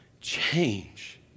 change